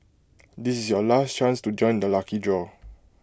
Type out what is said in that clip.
this is your last chance to join the lucky draw